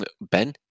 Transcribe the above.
Ben